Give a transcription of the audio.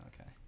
Okay